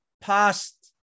past